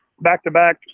back-to-back